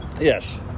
Yes